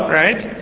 right